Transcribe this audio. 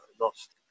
lost